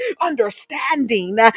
Understanding